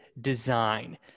design